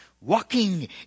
Walking